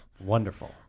Wonderful